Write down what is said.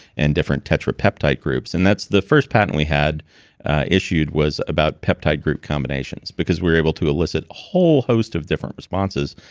and different tetrapeptide groups? and that's the first patent we had issued, was about peptide group combinations. because we were able to elicit a whole host of different responses,